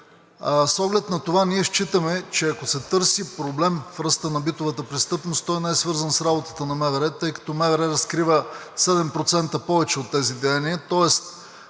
със 7%. Ние считаме, че ако се търси проблем в ръста на престъпността, той не е свързан с работата на МВР, тъй като МВР разкрива 7% повече от тези деяния,